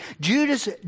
Judas